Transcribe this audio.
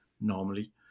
normally